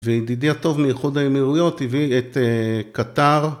וידידי הטוב מאיחוד האמירויות הביא את קטאר.